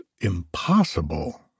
impossible